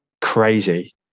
crazy